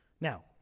Now